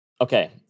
Okay